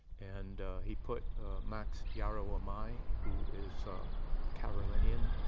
and he put max yarawamai, who is carolinian,